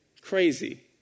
Crazy